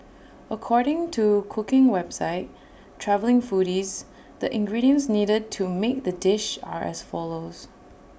according to cooking website travelling foodies the ingredients needed to make the dish are as follows